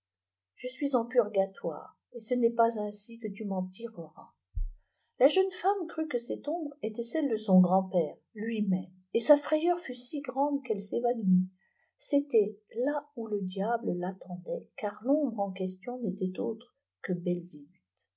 je suis en purgatwe et ce n'est pas ainsi que tu m'en tireras la jeune femme crut que cette ombre était celle de son grandpète lui-même et sa frayeur fut si grande qu'elle s'évanouit v'jétait là où le diable tamendail car l'ombre en question n'était autre que